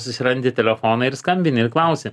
susirandi telefoną ir skambini ir klausi